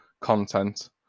content